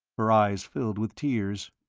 her eyes filled with tears.